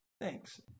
Thanks